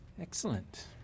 Excellent